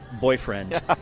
boyfriend